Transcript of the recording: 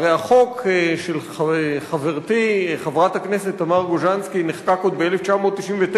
הרי החוק של חברתי חברת הכנסת תמר גוז'נסקי נחקק עוד ב-1999,